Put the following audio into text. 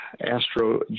Astro